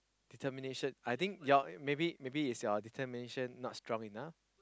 determination I think your maybe maybe is your determination not strong enough